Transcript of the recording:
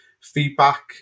feedback